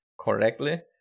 correctly